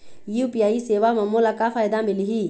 UPI सेवा म मोला का फायदा मिलही?